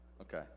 Okay